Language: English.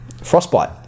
Frostbite